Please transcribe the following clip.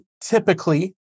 typically